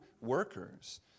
workers